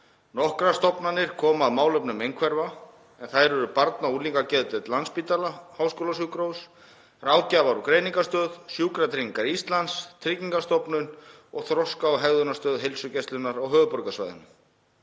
Nokkrar stofnanir koma að málefnum einhverfra en þær eru Barna- og unglingageðdeild Landspítala – háskólasjúkrahúss, Ráðgjafar- og greiningarstöð, Sjúkratryggingar Íslands, Tryggingastofnun og Þroska- og hegðunarstöð Heilsugæslunnar á höfuðborgarsvæðinu.